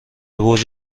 برج